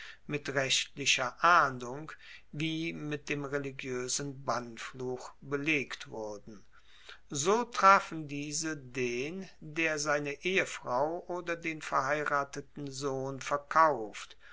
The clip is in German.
mit rechtlicher ahndung wie mit dem religioesen bannfluch belegt wurden so trafen diese den der seine ehefrau oder den verheirateten sohn verkauft